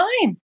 time